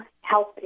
health